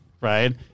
Right